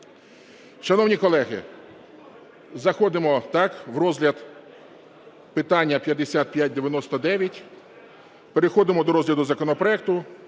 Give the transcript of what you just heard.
Шановні колеги, заходимо в розгляд питання 5599, переходимо до розгляду законопроекту